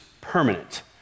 permanent